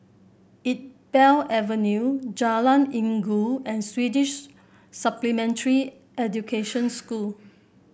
Iqbal Avenue Jalan Inggu and Swedish Supplementary Education School